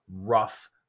rough